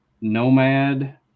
nomad